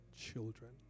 children